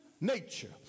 nature